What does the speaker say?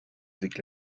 avec